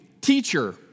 teacher